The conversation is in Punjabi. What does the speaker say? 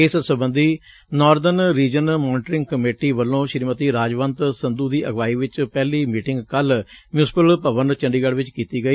ਇਸ ਸਬੰਧੀ northern region monitoring committee NRMC ਵੱਲੋ ਸ੍ਰੀਮਤੀ ਰਾਜਵੰਤ ਸੰਧੂ ਦੀ ਅਗਵਾਈ ਵਿੱਚ ਪਹਿਲੀ ਮੀਟਿੰਗ ਕੱਲੂ ਮਿਉਸੀਪਲ ਭਵਨ ਚੰਡੀਗੜ੍ ਵਿੱਚ ਕੀਤੀ ਗਈ